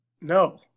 No